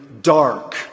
dark